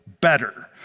better